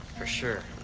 for sure.